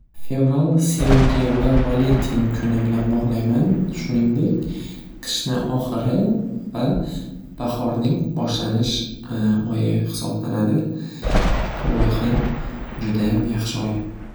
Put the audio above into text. Fevral sevgi va valentin kuni bilan bog'layman shuningdek qishni oxiri va bahorning boshlanish oyi hisoblanadi bu oy ham judayam yaxshi oy.